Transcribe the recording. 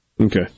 Okay